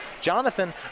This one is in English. Jonathan